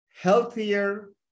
healthier